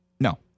No